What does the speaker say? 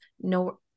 no